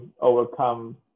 overcome